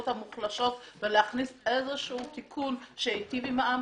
המוחלשות ולהכניס איזשהו תיקון שייטיב עם העם,